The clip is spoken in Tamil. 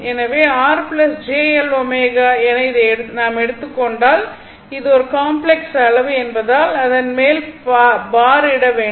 எனவே R j L ω என இதை நாம் எடுத்துக் கொண்டால் இது ஒரு காம்ப்ளக்ஸ் அளவு என்பதால் அதன் மேல் பார் இட வேண்டும்